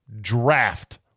draft